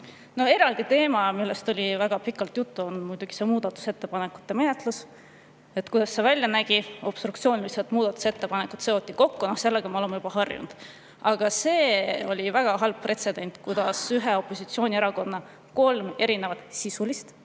Eraldi teema, millest oli väga pikalt juttu, on muidugi see muudatusettepanekute menetlemine, kuidas see välja nägi. Obstruktsioonilised muudatusettepanekud seoti kokku – no sellega me oleme juba harjunud. Aga väga halb pretsedent oli see, kuidas seoti kokku ühe opositsioonierakonna kolm erinevat sisulist